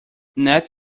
net